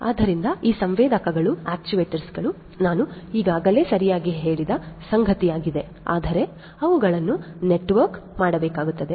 ಆದ್ದರಿಂದ ಈ ಸಂವೇದಕಗಳು ಆಕ್ಯೂವೇಟರ್ಗಳು ನಾನು ಈಗಾಗಲೇ ಸರಿಯಾಗಿ ಹೇಳಿದ ಸಂಗತಿಯಾಗಿದೆ ಆದರೆ ಅವುಗಳನ್ನು ನೆಟ್ವರ್ಕ್ ಮಾಡಬೇಕಾಗುತ್ತದೆ